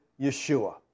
Yeshua